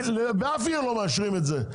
באף עיר לא מאשרים את זה,